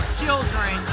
children